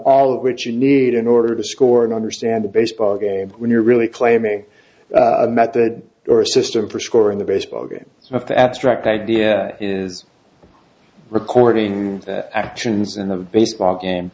which you need in order to score and understand a baseball game when you're really claiming a method or a system for scoring the baseball game of the abstract idea is recording that actions in the baseball game